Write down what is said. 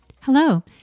Hello